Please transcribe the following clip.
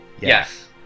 Yes